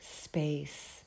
space